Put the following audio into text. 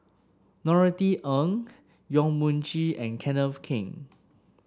Norothy Ng Yong Mun Chee and Kenneth Keng